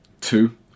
Two